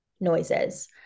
noises